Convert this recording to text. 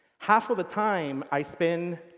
half of the time, i spend,